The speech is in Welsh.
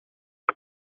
ble